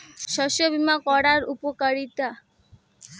শস্য বিমা করার উপকারীতা?